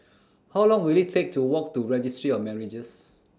How Long Will IT Take to Walk to Registry of Marriages